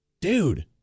Dude